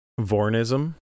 Vornism